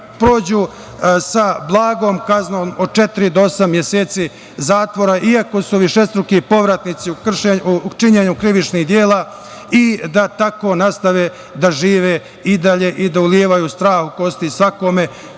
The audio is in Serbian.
prođu sa blagom kaznom od četiri do osam meseci zatvora, iako su višestruki povratnici u činjenju krivičnih dela i da tako nastave da žive i dalje i da ulivaju strah u kosti svakome